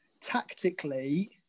tactically